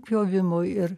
pjovimu ir